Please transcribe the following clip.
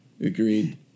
Agreed